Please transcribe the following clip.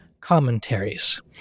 commentaries